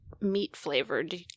meat-flavored